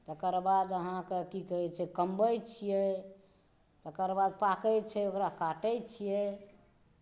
तकर बाद अहाँकेॅं की कहै छै कमबै छियै तकर बाद पाकै छै ओकरा काटै छियै